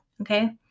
Okay